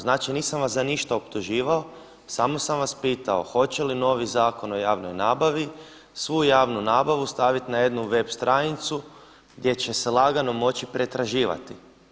Znači nisam vas za ništa optuživao samo sam vas pitao hoće li novi Zakon o javnoj nabavi svu javnu nabavu staviti na jednu web stranicu gdje će se lagano moći pretraživati.